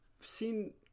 seen